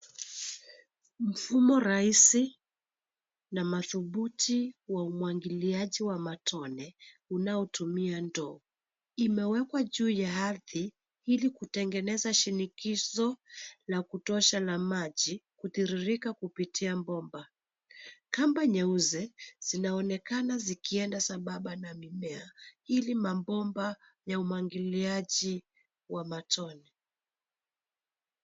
Mfumo rahisi na madhubuti wa umwagiliaji wa matone unaotumia ndoo. Imewekwa juu ya ardhi ilikutengeneza shinikizo la kutosha la maji kutiririka kupitia bomba. Kamba nyeusi zinaonekana zikienda sambamba na mimea, ili mabomba ya umwagiliaji wa matone.